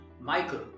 Michael